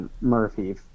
murphy